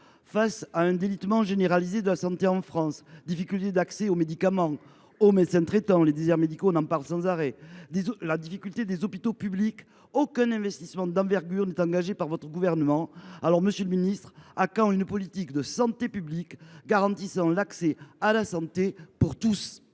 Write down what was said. Face à un délitement généralisé de la santé en France – difficulté d’accès aux médicaments, aux médecins traitants, déserts médicaux, problèmes des hôpitaux publics –, aucun investissement d’envergure n’est engagé par votre gouvernement. Monsieur le ministre, à quand une politique de santé publique garantissant l’accès à la santé pour tous ?